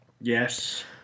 Yes